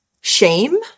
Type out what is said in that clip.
shame